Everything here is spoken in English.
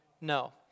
No